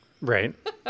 Right